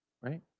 right